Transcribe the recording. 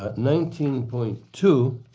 ah nineteen point two,